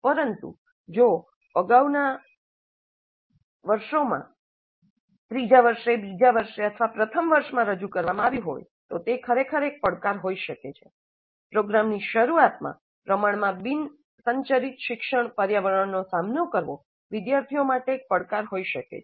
પરંતુ જો આ અગાઉના વર્ષોમાં ત્રીજા વર્ષે બીજા વર્ષમાં અથવા પ્રથમ વર્ષમાં રજૂ કરવામાં આવ્યું હોય તો તે ખરેખર એક પડકાર હોઈ શકે છે પ્રોગ્રામની શરૂઆતમાં પ્રમાણમાં બિન સંરચિત શિક્ષણ પર્યાવરણનો સામનો કરવો વિદ્યાર્થીઓ માટે એક પડકાર હોઈ શકે છે